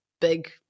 big